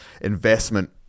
investment